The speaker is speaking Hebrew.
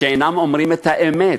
שאינם אומרים את האמת,